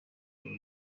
buri